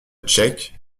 cheik